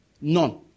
None